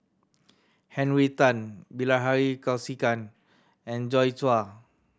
Henry Tan Bilahari Kausikan and Joi Chua